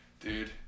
dude